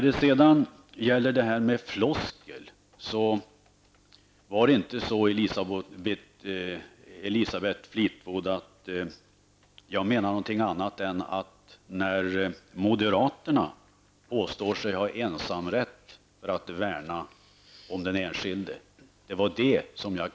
Det jag kallade för en floskel, Elisabeth Fleetwood, var när moderaterna påstår sig ha ensamrätt att värna om den enskilde.